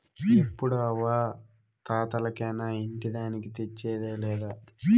ఎప్పుడూ అవ్వా తాతలకేనా ఇంటి దానికి తెచ్చేదా లేదా